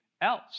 else